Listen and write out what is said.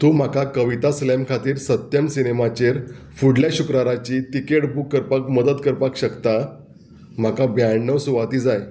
तूं म्हाका कविता स्लेम खातीर सत्यम सिनेमाचेर फुडल्या शुक्राराची तिकेट बूक करपाक मदत करपाक शकता म्हाका ब्याणव सुवाती जाय